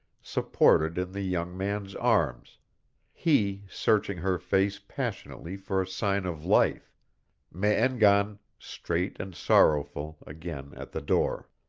supported in the young man's arms he searching her face passionately for a sign of life me-en-gan, straight and sorrowful, again at the door.